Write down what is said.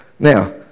Now